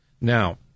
Now